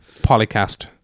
polycast